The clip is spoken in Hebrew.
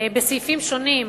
בסעיפים שונים,